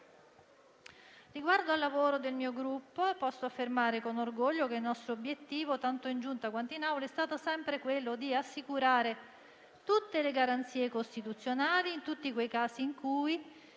Riguardo al lavoro del mio Gruppo, posso affermare con orgoglio che il nostro obiettivo, tanto in Giunta quanto in Aula, è stato sempre quello di assicurare tutte le garanzie costituzionali in tutti i casi in cui